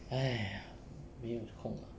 !aiya! 没有空 ah